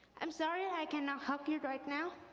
i'm sorry i cannot help you right now,